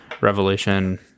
Revelation